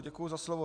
Děkuji za slovo.